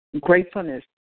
gratefulness